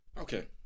Okay